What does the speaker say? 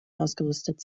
ausgerüstet